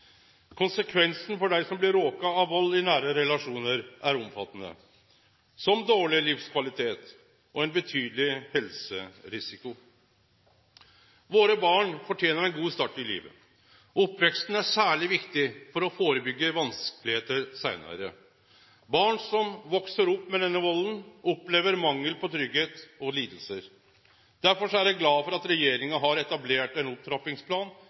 Konsekvensen for dei som blir råka av vald i nære relasjonar, er omfattande, som dårleg livskvalitet og ein betydeleg helserisiko. Barna våre fortener ein god start i livet. Oppveksten er særleg viktig for å førebyggje vanskar seinare. Barn som veks opp med denne valden, opplever mangel på tryggleik og lidingar. Derfor er eg glad for at regjeringa har etablert ein opptrappingsplan